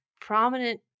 prominent